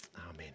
Amen